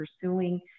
pursuing